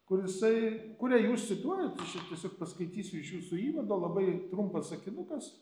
kur jisai kurią jūs cituojate aš čia tiesiog paskaitysiu iš jūsų įvado labai trumpas sakinukas